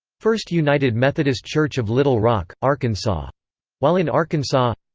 first united methodist church of little rock, arkansas while in arkansas,